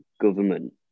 government